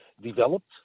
developed